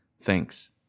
thanks